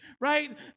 right